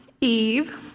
Eve